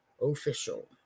official